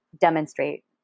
demonstrate